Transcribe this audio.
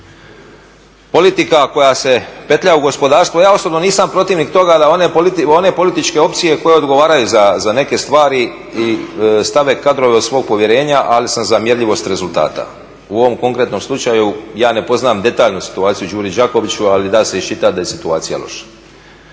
Politika koja je petlja u gospodarstvo, ja osobno nisam protivnik toga da one političke opcije koje odgovaraju za neke stvari stave kadrove od svog povjerenja, ali sam za mjerljivost rezultata. U ovom konkretnom slučaju ja ne poznam detaljno situaciju u Đuri Đakoviću, ali da se iščitati da je situacija loša.